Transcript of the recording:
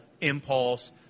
impulse